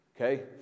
okay